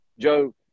Joe